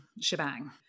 shebang